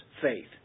faith